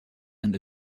and